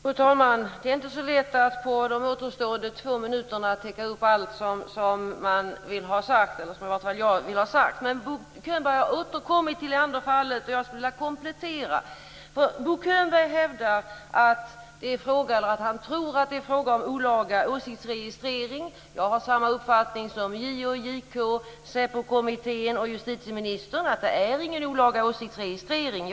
Fru talman! Det är inte så lätt att på de återstående två minuterna täcka allt som jag vill ha sagt. Bo Könberg återkommer till Leanderfallet, och jag skulle vilja göra en komplettering. Bo Könberg tror att det är fråga om olaga åsiktsregistrering. Jag har samma uppfattning som JO, JK, SÄPO-kommittén och justitieministern, nämligen att det inte är fråga om någon olaga åsiktsregistrering.